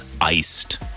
iced